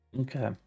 Okay